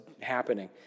happening